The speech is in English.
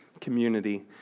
community